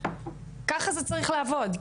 ככה זה צריך לעבוד,